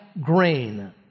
grain